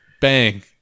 Bang